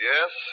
Yes